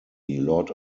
lord